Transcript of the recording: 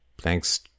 thanks